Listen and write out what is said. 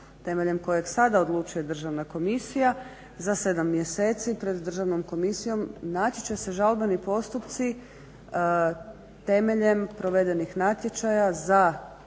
temeljem kojeg sada odlučuje državna komisija za 7 mjeseci pred državnom komisijom naći će se žalbeni postupci temeljem provedenih natječaja za